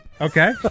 Okay